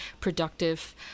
productive